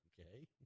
okay